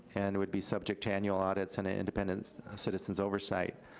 and it would be subject to annual audits, and independent citizens oversight.